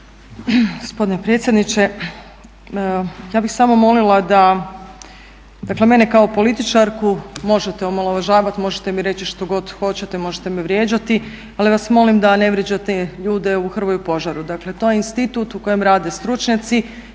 Gospodine predsjedniče ja bih samo molila da, dakle mene kao političarku možete omalovažavat, možete mi reći što god hoćete, možete me vrijeđati ali vas molim da ne vrijeđate ljude u Hrvoju Požaru. Dakle to je institut u kojem rade stručnjaci,